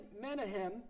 Menahem